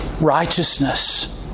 righteousness